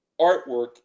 artwork